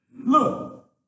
Look